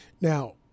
Now